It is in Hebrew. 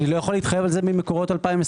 אני לא יכול להתחייב על זה ממקורות 2022,